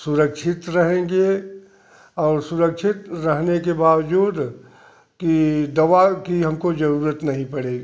सुरक्षित रहेंगे और सुरक्षित रहने के बावजूद की दवा की हमको जरूरत नहीं पड़ेगी